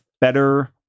better